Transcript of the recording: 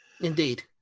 Indeed